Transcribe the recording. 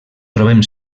trobem